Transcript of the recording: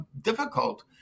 difficult